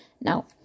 Now